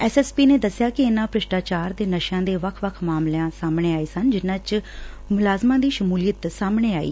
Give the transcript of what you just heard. SSP ਦੱਸਿਆ ਕਿ ਇਨਾਂ ਭ੍ਰਿਸ਼ਟਾਚਾਰ ਤੇ ਨਸ਼ਿਆਂ ਦੇ ਵੱਖ ਵੱਖ ਮਾਮਲਿਆਂ ਸਾਹਮਣੇ ਆਏ ਸਨ ਜਿਨੂਾ ਚ ਮੁਲਾਜ਼ਮਾਂ ਦੀ ਸ਼ਮੂਲੀਅਤ ਸਾਹਮਣੇ ਆਈ